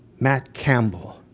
matt campbell,